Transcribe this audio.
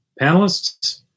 panelists